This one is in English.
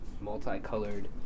multicolored